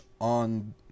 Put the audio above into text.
on